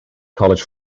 college